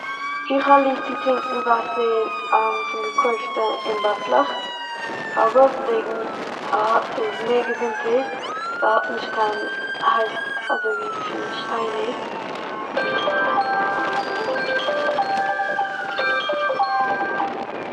איך האב ליב צו טרונקן וואסער פון געקויפטע אין באטלעך, פארוואס? וועגן ס'הא- ס'איז מער געזונטער, ס'האט נישט קיין הארט- אזוי ווי פון שטיינער,